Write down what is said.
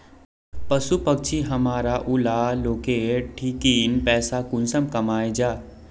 पशु पक्षी हमरा ऊला लोकेर ठिकिन पैसा कुंसम कमाया जा?